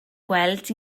gweld